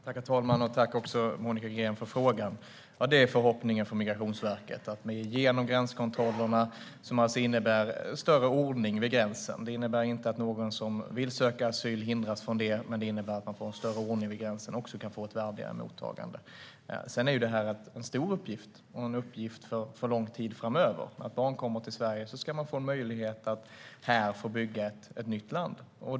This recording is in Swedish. Herr talman! Jag tackar Monica Green för frågan. Ja, förhoppningen från Migrationsverket är att genom gränskontroller få till ett värdigare mottagande. Gränskontroller innebär större ordning vid gränsen; de innebär inte att någon som vill söka asyl hindras från det, utan de innebär att man får större ordning vid gränsen. Sedan är detta en stor uppgift, och det är en uppgift för lång tid framöver. När barn kommer till Sverige ska de få möjlighet att bygga ett nytt liv här.